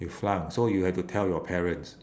you flunk so you had to tell your parents